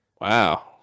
Wow